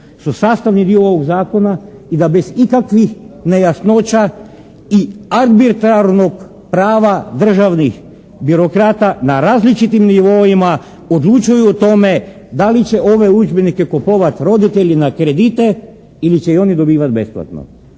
su sastavni dio ovog zakona i da bez ikakvih nejasnoća i arbitrarnog prava državnih birokrata na različitim nivoima odlučuju o tome da li će ove udžbenike kupovati roditelji na kredite ili će i oni dobivati besplatno.